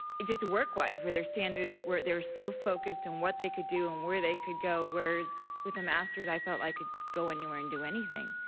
just work-wise where their standards were they were so focused on what they could do and where they could go, whereas with a master's i felt i like could go anywhere and do anything.